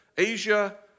Asia